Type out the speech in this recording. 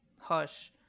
Hush